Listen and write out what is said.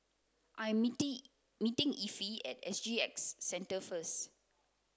I'm meet meeting Effie at S G X Centre first